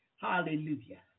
hallelujah